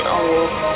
old